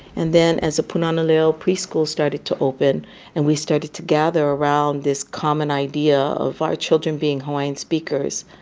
and then as the punana leo preschool started to open and we started to gather around this common idea of our children being hawaiian speakers,